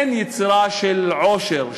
אין יצירה של עושר,